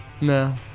No